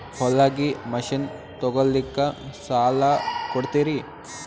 ಹೊಲಗಿ ಮಷಿನ್ ತೊಗೊಲಿಕ್ಕ ಸಾಲಾ ಕೊಡ್ತಿರಿ?